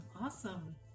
Awesome